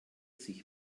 sich